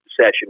session